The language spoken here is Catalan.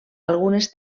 algunes